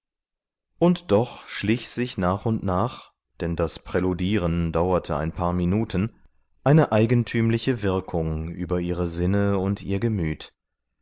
und doch schlich sich nach und nach denn das präludieren dauerte ein paar minuten eine eigentümliche wirkung über ihre sinne und ihr gemüt